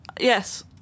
Yes